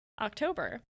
October